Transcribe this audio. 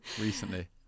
recently